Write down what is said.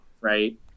right